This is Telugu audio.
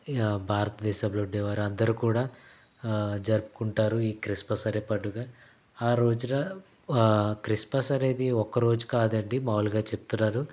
భారతదేశంలో ఉండేవారు అందరు కూడా జరుపుకుంటారు ఈ క్రిస్మస్ అనే పండుగ ఆరోజున క్రిస్మస్ అనేది ఒక్క రోజు కాదండి మాములుగా చెప్తున్నాను